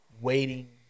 waiting